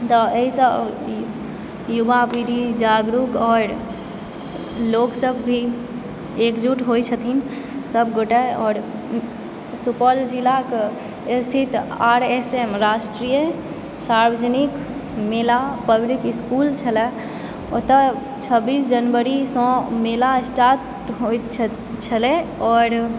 तऽ एहिसँ युवा पीढ़ी जागरूक आओर लोकसभ भी एकजुट होयत छथिन सभगोटे आओर सुपौल जिलाक स्थित आर एस एम राष्ट्रीय सार्वजनिक मेला पब्लिक इस्कूल छलाह ओतय छब्बीस जनवरीसँ मेला स्टार्ट होयत छलय आओर